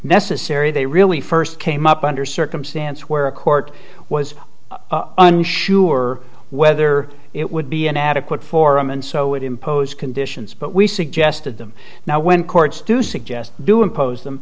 necessary they really first came up under circumstances where a court was unsure whether it would be an adequate forum and so it impose conditions but we suggested them now when courts do suggest do impose them